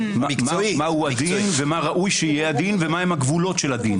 מה הדין ומה ראוי שיהיה הדין ומה הגבולות של הדין.